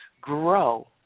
grow